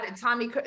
Tommy